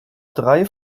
drei